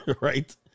Right